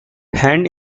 hand